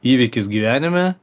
įvykis gyvenime